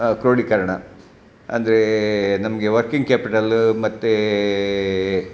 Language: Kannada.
ಕ್ರೋಢೀಕರಣ ಅಂದರೆ ನಮಗೆ ವರ್ಕಿಂಗ್ ಕ್ಯಾಪಿಟಲ್ ಮತ್ತು